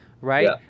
right